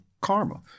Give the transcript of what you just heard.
karma